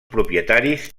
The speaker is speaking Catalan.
propietaris